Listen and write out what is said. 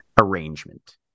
arrangement